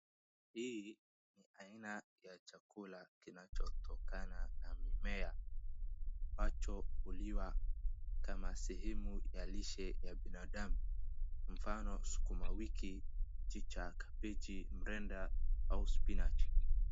Hii ni aina ya chakula kinachotokana na mimea, ambacho huliwa kama sehemu ya lishe ya binadamu. Mfano, sukuma wiki, chicha, kabichi, mrenda au spinach .